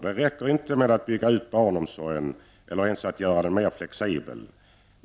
Det räcker inte med att bygga ut barnomsorgen eller ens att göra den mer flexibel.